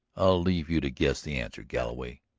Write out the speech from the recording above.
i'll leave you to guess the answer, galloway.